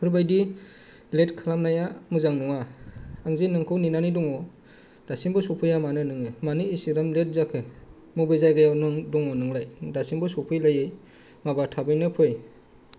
बेफोरबायदि लेट खालामनाया मोजां नङा आंजे नोंखौ नेनानै दङ दासिमबो सफैया मानो नोङो मानो एसेबां लेट जाखो मबे जायगायाव दङ नोंलाय दासिमबो सफैलायै माबार थाबैनो फै